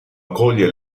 accoglie